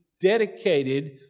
dedicated